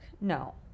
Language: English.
no